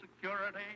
security